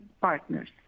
Partners